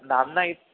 नाम्ना